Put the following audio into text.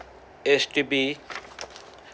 H_D_B